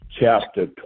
chapter